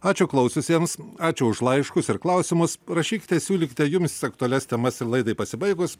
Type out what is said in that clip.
ačiū klausiusiems ačiū už laiškus ir klausimus rašykite siūlykite jums aktualias temas ir laidai pasibaigus